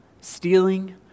stealing